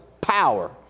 power